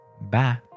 Bye